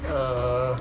err